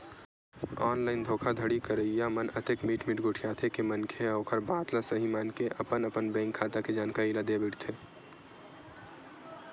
online धोखाघड़ी करइया मन अतेक मीठ मीठ गोठियाथे के मनखे ह ओखर बात ल सहीं मानके अपन अपन बेंक खाता के जानकारी ल देय बइठथे